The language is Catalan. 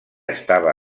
estava